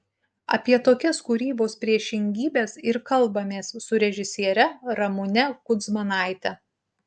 apie tokias kūrybos priešingybes ir kalbamės su režisiere ramune kudzmanaite